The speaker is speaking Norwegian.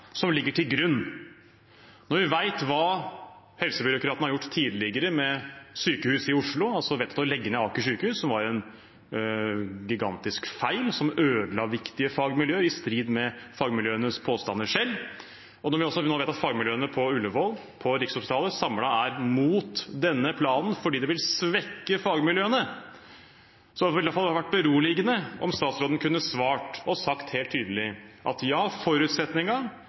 som ligger til grunn. Når vi vet hva helsebyråkratene har gjort tidligere med sykehus i Oslo – altså valgt å legge ned Aker sykehus, som var en gigantisk feil, som ødela viktige fagmiljøer, i strid med fagmiljøenes egne påstander – og når vi nå også vet at fagmiljøene på Ullevål og Rikshospitalet samlet er imot denne planen fordi det vil svekke fagmiljøene, ville det i hvert fall vært beroligende om statsråden kunne svart og sagt helt tydelig: «Ja, forutsetningen er at